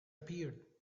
appeared